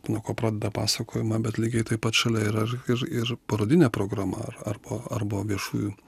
nuo ko pradeda pasakojimą bet lygiai taip pat šalia yra ir ir parodinė programa ar arba arba viešųjų